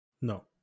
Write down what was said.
No